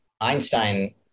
Einstein